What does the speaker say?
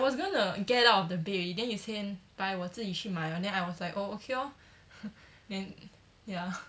ya I was gonna get out of the bed already then you say bye 我自己去买了 then I was like oh okay lor then ya